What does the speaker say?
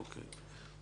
או-קיי.